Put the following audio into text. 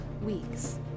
weeks